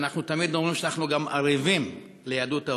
אנחנו שתמיד אומרים שאנחנו ערבים גם ליהדות העולם,